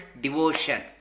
devotion